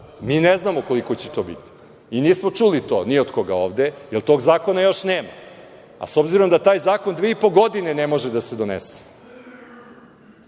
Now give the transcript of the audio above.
Mi ne znamo koliko će to biti i nismo čuli to, ni od koga ovde, jer tog zakona još nema. A s obzirom da taj zakon dve i po godine ne može da se donese,